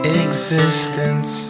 existence